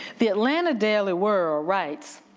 the atlanta daily world writes